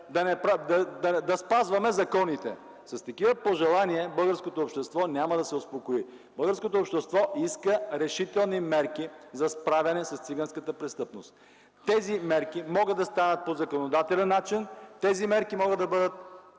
да спазваме законите!”. С такива пожелания българското общество няма да се успокои. Българското общество иска решителни мерки за справяне с циганската престъпност. Тези мерки могат да станат по законодателен начин. Тези мерки могат да бъдат